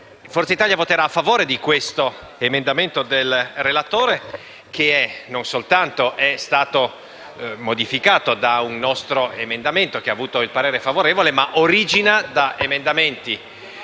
Forza Italia voterà a favore dell'emendamento del relatore, il quale non soltanto è stato modificato da un nostro emendamento che ha avuto parere favorevole, ma addirittura origina da emendamenti